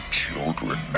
children